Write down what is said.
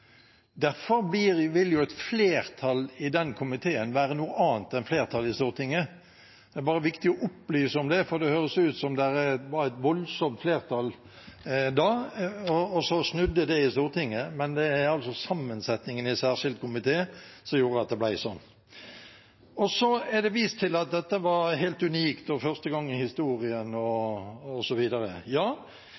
Derfor vil et flertall i den komiteen være et annet enn flertallet i Stortinget. Det er viktig å opplyse om det, for det høres ut som det var et voldsomt flertall da, og så snudde det i Stortinget. Men det er altså sammensetningen i den særskilte komité som gjorde at det ble sånn. Så er det vist til at dette var helt unikt, første gang i historien